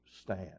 stand